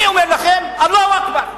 אני אומר לכם "אללהו אכבר",